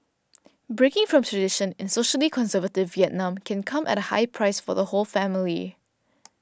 breaking from tradition in socially conservative Vietnam can come at a high price for the whole family